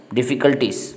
difficulties